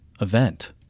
event